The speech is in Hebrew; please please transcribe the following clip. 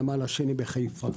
הנמל השני החיפה,